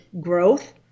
growth